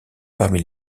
parmi